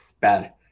bad